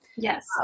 Yes